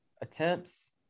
attempts